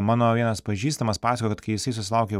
mano vienas pažįstamas pasakojo kad kai jisai susilaukė